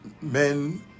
men